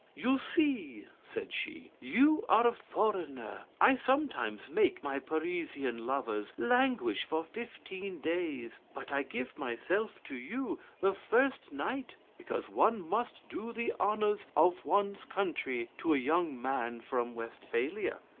you see, said she, you are a foreigner. i sometimes make my parisian lovers languish for fifteen days, but i give myself to you the first night because one must do the honours of one's country to a young man from westphalia.